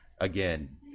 again